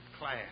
class